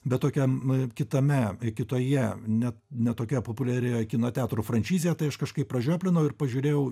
bet tokiam kitame kitoje net ne tokia populiaria kino teatrų franšizė tai aš kažkaip pražioplinau ir pažiūrėjau